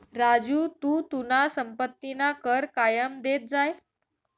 राजू तू तुना संपत्तीना कर कायम देत जाय